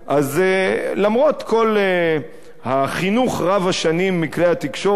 אז למרות כל החינוך רב-השנים מכלי התקשורת,